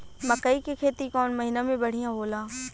मकई के खेती कौन महीना में बढ़िया होला?